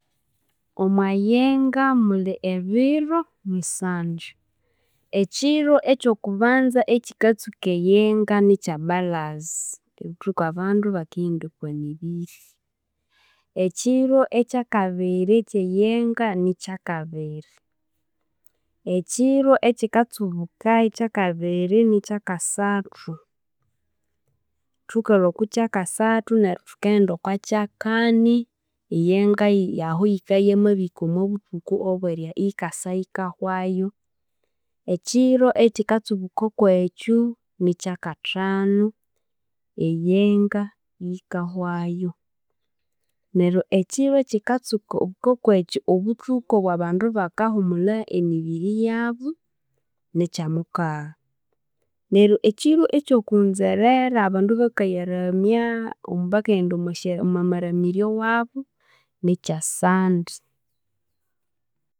Omwa yenga muli ebiro musanju, ekiro eky'okubanza ekikatsuka eyenga, nikyabbalaza, obuthuku abandu bakaghenda oko mibiri, ekiro eky'akabiri eky'e yenga nikyakabiri, ekiro ekikatsubukayo eky'akabiri nikyakasathu, thukalwa oko kyakasathu neryo thukaghenda okwa kyakani, eyenga aho yikabya iyamabihika omo buthuku obw'erya yikasa yikahwayu, ekiro ekikatsubuka okw'ekyo nikyakathanu eyenga yikahwayu, neryo ekiro ekyikatsuku tsubuka okw'ekyo obuthuku obw'abandu bakagumulha emibiri y'abo nikyamukagha, neryo ekiro eky'okuwunzerera abandu bakayaramya, bakaghenda omwa maramiryo wabo, nikyasande.